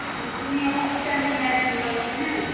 नोंसोरनिआव भुटाननि नारें खमला मोनो नो